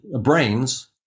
brains